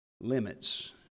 limits